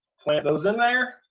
plant those in there,